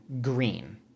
green